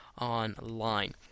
online